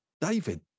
David